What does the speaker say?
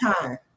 time